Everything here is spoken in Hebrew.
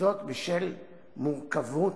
וזאת בשל מורכבות